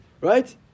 right